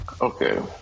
Okay